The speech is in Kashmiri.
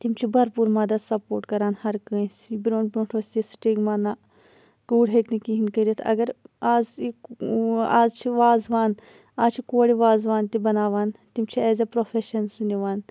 تِم چھِ بَرپوٗر مَدَد سَپوٹ کَران ہَر کٲنٛسہِ برونٛٹھ برونٛٹھ اوس یہ سٹِگما نہَ کوٗر ہیٚکہِ نہٕ کِہیٖنۍ کٔرِتھ اَگَر آز آز چھِ وازوان آز چھِ کورِ وازوان تہِ بَناوان تِم چھِ ایز اےٚ پروفیشَن سُہ نِوان